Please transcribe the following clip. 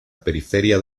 periferia